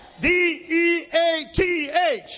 D-E-A-T-H